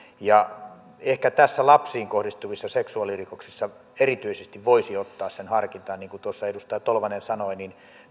ehkä erityisesti näissä lapsiin kohdistuvissa seksuaalirikoksissa voisi ottaa sen harkintaan niin kuin tuossa edustaja tolvanen sanoi